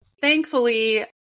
thankfully